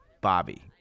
bobby